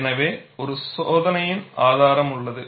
எனவே ஒரு சோதனையின் ஆதாரம் உள்ளது